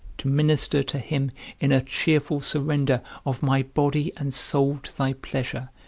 to minister to him in a cheerful surrender of my body and soul to thy pleasure,